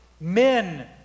men